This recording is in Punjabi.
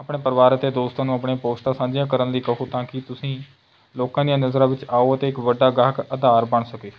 ਆਪਣੇ ਪਰਿਵਾਰ ਅਤੇ ਦੋਸਤਾਂ ਨੂੰ ਆਪਣੀਆਂ ਪੋਸਟਾਂ ਸਾਂਝੀਆਂ ਕਰਨ ਲਈ ਕਹੋ ਤਾਂ ਕਿ ਤੁਸੀਂ ਲੋਕਾਂ ਦੀਆਂ ਨਜ਼ਰਾਂ ਵਿੱਚ ਆਓ ਅਤੇ ਇੱਕ ਵੱਡਾ ਗਾਹਕ ਅਧਾਰ ਬਣ ਸਕੇ